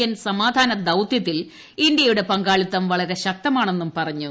N സമാധാന ദൌത്യത്തിൽ ഇന്ത്യയുടെ പങ്കാളിത്തം വളരെ ശക്തമാണെന്നും പറഞ്ഞു